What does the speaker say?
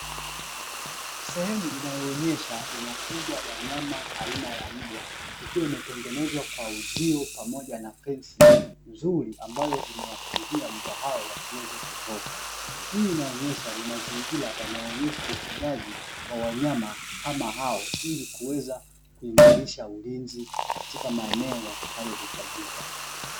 Sehemu inayoonyesha inafugwa wanyama aina ya mbwa, ikiwa imetengenezwa kwa uzio pamoja na fensi nzuri ambayo imewafungia mbwa hawa wasiweze kutoka. Hii inaonyesha ni mazingira yanayoonyesha ufugaji wa wanyama kama hao, ili kuweza kuimarisha ulinzi katika maeneo watakayohitajika.